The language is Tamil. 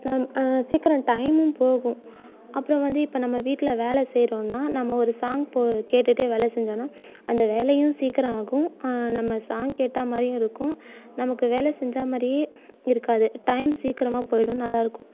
நாம் சீக்கிரம் டைமும் போகும் அப்புறம் வந்து இப்போ நம்ம வீட்டில் வேலை செய்கிறோன்னா நம்ம ஒரு சாங் போ கேட்டுகிட்டே வேலை செஞ்சோன்னா அந்த வேலையும் சீக்கிரம் ஆகும் நம்ம சாங் கேட்டால் மாதிரியும் இருக்கும் நமக்கு வேலை செஞ்சால் மாதிரியே இருக்காது டைம் சீக்கிரமாக போயிடும் நல்லாயிருக்கும்